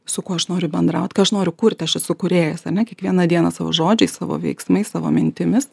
su kuo aš noriu bendraut kai aš noriu kurti aš esu kūrėjas ane kiekvieną dieną savo žodžiais savo veiksmais savo mintimis